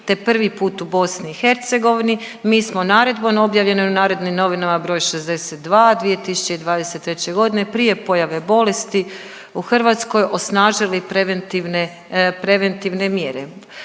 te prvi put u BiH mi smo naredbom objavljenom u Narodnim novinama broj 62/2023 godine prije pojave bolesti u Hrvatskoj osnažili preventivne mjere.